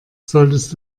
solltest